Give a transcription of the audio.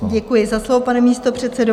Děkuji za slovo, pane místopředsedo.